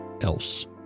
else